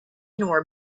nor